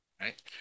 right